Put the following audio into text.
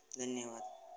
धन्यवाद